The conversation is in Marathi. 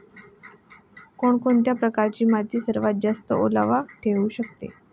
कोणत्या प्रकारची माती सर्वात जास्त ओलावा ठेवू शकते?